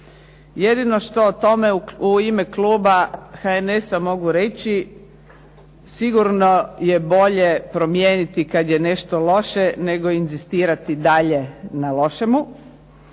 Jedino što o tome u ime kluba HNS-a mogu reći sigurno je bolje promijeniti kad je nešto loše, nego inzistirati dalje na lošemu.